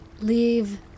leave